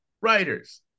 writers